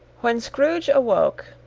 when scrooge awoke,